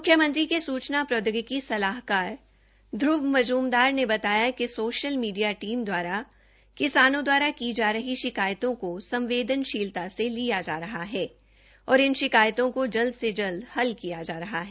मुख्यमंत्री के सूचना प्रौद्योगिकी सलाहकार ध्रव मजूमदार ने बताया कि सोशल मीडिया टीम द्वारा किसानों द्वारा की जा रही शिकायतों को संवेदनशीलता से लिया जा रहा है और इन शिकायतों को जल्द से जल्द हल किया जा रहा है